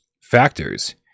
factors